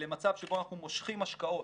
למצב שבו אנחנו מושכים השקעות,